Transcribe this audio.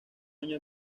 año